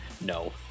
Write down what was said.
No